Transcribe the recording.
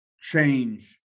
change